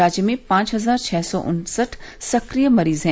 राज्य में पांच हजार छः सौ उन्सठ सक्रिय मरीज हैं